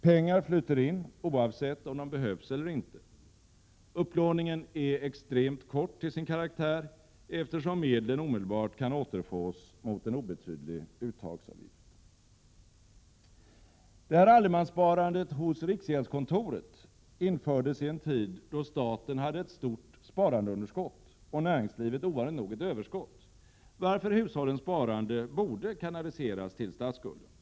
Pengar flyter in, oavsett om de behövs eller inte. Upplåningen är extremt kort till sin karaktär, eftersom medlen omedelbart kan återfås mot en obetydlig uttagsavgift. Allemanssparandet hos riksgäldskontoret infördes i en tid då staten hade ett stort sparandeunderskott och näringslivet ovanligt nog ett överskott, varför hushållens sparande borde kanaliseras till statsskulden.